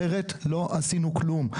אחרת לא עשינו כלום.